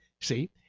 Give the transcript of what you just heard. See